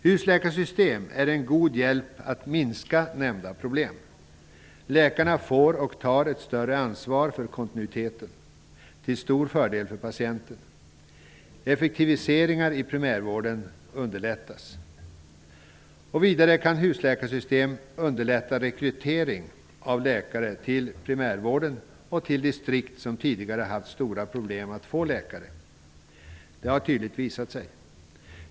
Husläkarsystemet är en god hjälp för att minska nämnda problem. Läkarna får och tar ett större ansvar för kontinuiteten. Det är till stor fördel för patienten. Effektiviseringar i primärvården underlättas. Vidare kan husläkarsystemet underlätta rekrytering av läkare till primärvården och till distrikt som tidigare haft stora problem att få läkare. Det har visat sig tydligt.